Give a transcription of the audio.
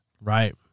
Right